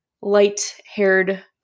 light-haired